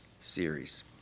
series